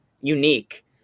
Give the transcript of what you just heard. unique